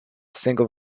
single